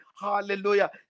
Hallelujah